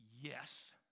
yes